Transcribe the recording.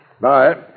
Bye